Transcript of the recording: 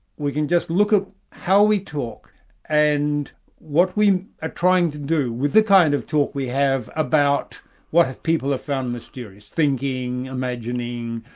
we can just look at how we talk and what we are trying to do with the kind of talk we have, about what people have found mysterious thinking, imagining,